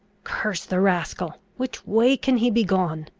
curse the rascal! which way can he be gone?